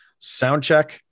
Soundcheck